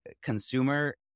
consumer